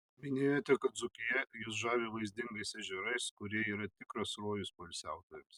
minėjote kad dzūkija jus žavi vaizdingais ežerais kurie yra tikras rojus poilsiautojams